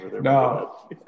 No